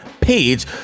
page